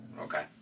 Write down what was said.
Okay